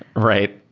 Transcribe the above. right.